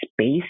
space